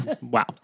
Wow